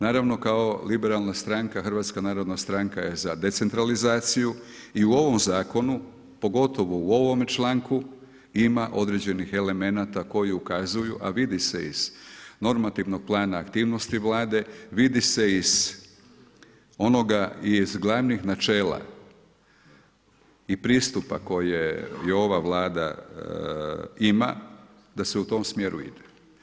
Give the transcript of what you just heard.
Naravno, kao liberalna stranka HNS je za decentralizaciju i u ovom Zakonu pogotovo u ovome članku ima određenih elemenata koji ukazuju, a vidi se iz normativnog plana aktivnosti Vlade, vidi se iz onoga i iz glavnih načela i pristupa koje je ova Vlada ima, da se u tom smjeru ide.